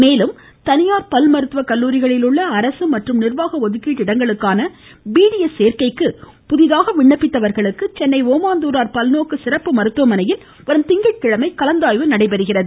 மேலும் தனியார் பல் மருத்துவ கல்லுாரிகளில் உள்ள அரசு மற்றும் நிர்வாக ஒதுக்கீட்டு இடங்களுக்கான டினுளு சேர்க்கைக்கு புதிதாக விண்ணப்பித்தோருக்கு சென்னை ஓமாந்தூரார் பல்நோக்கு சிறப்பு மருத்துவமனையில் வரும் திங்கட்கிழமை கலந்தாய்வு நடைபெறுகிறது